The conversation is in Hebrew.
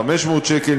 500 שקל,